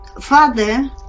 father